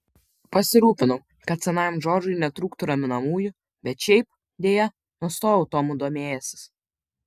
pasirūpinau kad senajam džordžui netrūktų raminamųjų bet šiaip deja nustojau tomu domėjęsis